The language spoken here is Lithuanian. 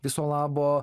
viso labo